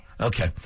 Okay